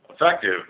effective